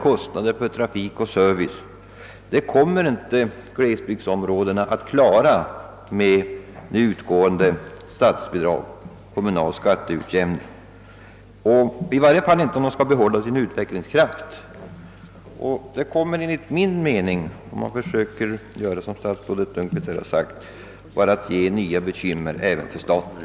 Med nu utgående statsbidrag och kommunal skatteutjämning kommer glesbygderna inte att klara ökade kostnader för trafikförsörjning och service, i varje fall inte om de skall behålla sin utvecklingskraft. Om man gör som statsrådet Lund kvist sagt, kommer det enligt min mening att medföra nya bekymmer även för staten.